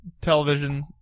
television